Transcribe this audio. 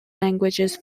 languages